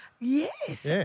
Yes